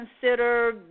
consider